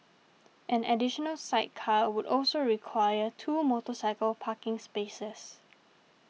an additional sidecar would also require two motorcycle parking spaces